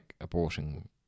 abortion